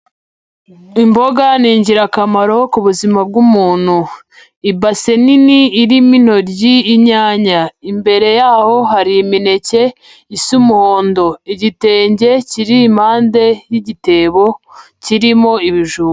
Imboga ni ingirakamaro ku buzima bw'umuntu, ibase nini irimo intoryi, inyanya, imbere yaho hari imineke isa umuhondo, igitenge kiri impande y'igitebo kirimo ibijumba.